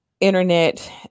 internet